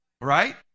Right